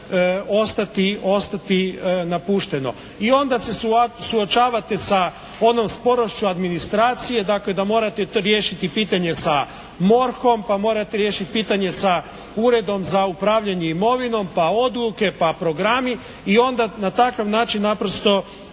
ostati napušteno. I onda se suočavate onom sporošću administracije, dakle da morate to riješiti pitanje sa MORH-om, pa morate riješiti pitanje sa Uredom za upravljanje imovinom, pa odluke, pa programi i onda na takav način naprosto